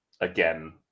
again